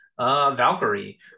Valkyrie